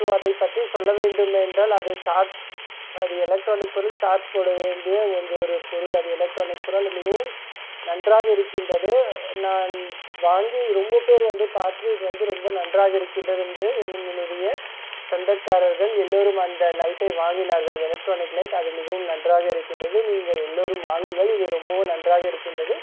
so அதைப்பற்றி சொல்ல வேண்டும் என்றால் அது சார்ஜ் அது எலக்ட்ரானிக் பொருள் சார்ஜ் போட வேண்டிய ஒன்று ஒரு பொருள் அது எலக்ட்ரானிக் பொருள் மிகவும் நன்றாக இருக்கின்றது நான் வாங்கி ரொம்ப பேர் வந்து பார்த்து இது வந்து ரொம்ப நன்றாக இருக்கின்றது என்று என்னுடைய சொந்தக்காரர்கள் எல்லோரும் அந்த லைட்டை வாங்கினார்கள் எலக்ட்ரானிக் லைட் அது மிகவும் நன்றாக இருக்கின்றது நீங்கள் எல்லோரும் வாங்குங்கள் இது ரொம்பவும் நன்றாக இருக்கின்றது